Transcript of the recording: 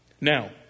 Now